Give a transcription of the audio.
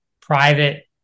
private